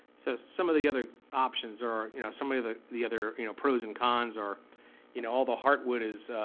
so some of the other options are you know some of the the other you know pros and cons are you know although hartwood is